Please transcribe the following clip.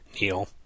Neil